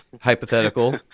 hypothetical